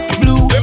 blue